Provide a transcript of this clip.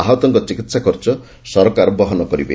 ଆହତମାନଙ୍କ ଚିକିତ୍ସା ଖର୍ଚ୍ଚ ସରକାର ବହନ କରିବେ